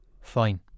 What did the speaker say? Fine